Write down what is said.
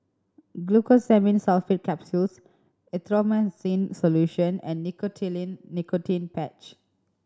Glucosamine Sulfate Capsules Erythroymycin Solution and Nicotinell Nicotine Patch